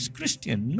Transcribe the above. Christian